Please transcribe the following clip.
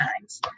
times